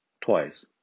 twice